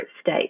state